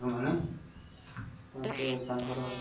ମାନେ ତାଙ୍କେ ତାଙ୍କର